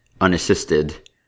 unassisted